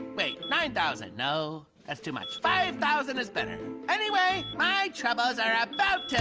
wait. nine thousand. no, that's too much. five thousand is better. anyway, my troubles are about to